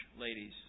ladies